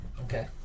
okay